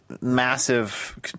massive